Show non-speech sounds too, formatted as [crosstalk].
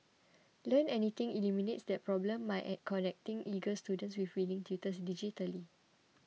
Learn Anything eliminates that problem by [unintelligible] connecting eager students with willing tutors digitally